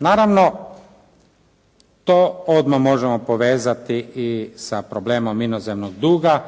Naravno, to odmah možemo povezati i sa problemom inozemnog duga